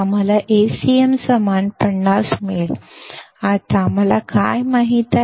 ನಾವು Acm ಅನ್ನು 50 ಕ್ಕೆ ಸಮನಾಗಿ ಪಡೆಯುತ್ತೇವೆ ಈಗ ನಮಗೆ ಏನು ಗೊತ್ತು